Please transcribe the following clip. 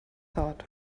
thought